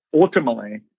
Ultimately